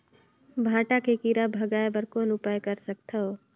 भांटा के कीरा भगाय बर कौन उपाय कर सकथव?